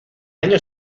año